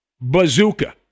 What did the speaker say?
bazooka